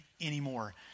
anymore